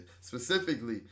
specifically